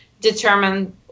determine